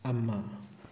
ꯑꯃ